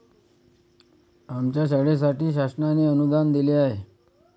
आमच्या शाळेसाठी शासनाने अनुदान दिले आहे